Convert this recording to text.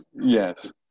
yes